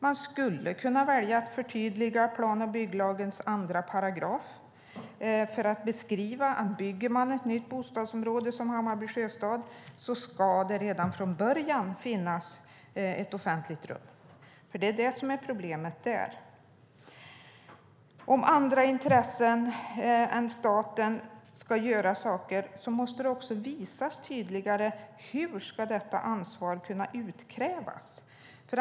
Man skulle kunna välja att förtydliga plan och bygglagens 2 § genom att beskriva att det redan från början ska finnas ett offentligt rum när det byggs ett nytt bostadsområde. Det är det som är problemet i Hammarby Sjöstad. Om andra intressen än staten ska göra saker måste det också visas tydligare hur ansvaret ska kunna utkrävas.